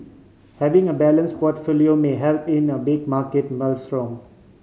having a balance portfolio may help in a big market maelstrom